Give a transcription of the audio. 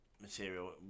material